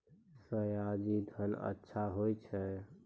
सयाजी धान अच्छा होय छै?